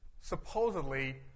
supposedly